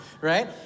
right